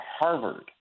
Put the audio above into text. Harvard